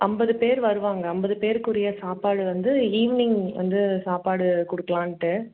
ஐம்பது பேர் வருவாங்க ஐம்பது பேருக்குரிய சாப்பாடு வந்து ஈவினிங் வந்து சாப்பாடு கொடுக்கலான்ட்டு